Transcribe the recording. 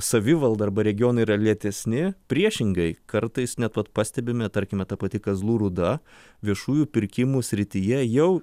savivalda arba regionai yra lėtesni priešingai kartais net pat pastebime tarkime ta pati kazlų rūda viešųjų pirkimų srityje jau